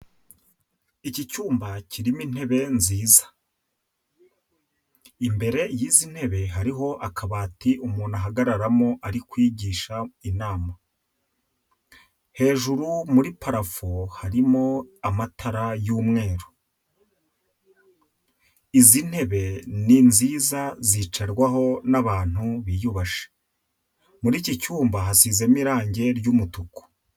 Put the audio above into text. Iki cyumba kirimo intebe nziza. Imbere y'izi ntebe hariho akabati umuntu ahagararamo ari kwigisha inama. Hejuru muri parafo harimo amatara y'umweru. Izi ntebe ni nziza zicarwamo n'abantu biyubashe. Muri iki cyumba hasizemo irangi ry'umutuku.